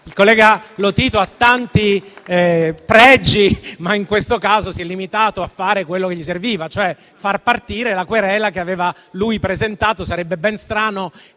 Il collega Lotito ha tanti pregi, ma in questo caso si è limitato a fare quello che gli serviva, cioè far partire la querela che egli stesso aveva presentato. Sarebbe stato